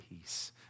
peace